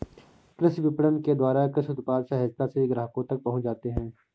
कृषि विपणन के द्वारा कृषि उत्पाद सहजता से ग्राहकों तक पहुंच जाते हैं